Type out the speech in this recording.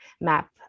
map